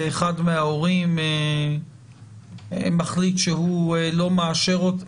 ואחד מההורים מחליט שהוא לא מאשר אותה?